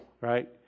right